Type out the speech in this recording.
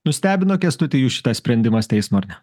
nustebino kęstuti jus šitas sprendimas teismo ar ne